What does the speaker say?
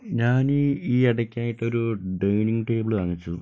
ഞാൻ ഈ ഈ ഇടയ്ക്കായിട്ട് ഒരു ഡൈനിങ്ങ് ടേബിൾ വാങ്ങിച്ചു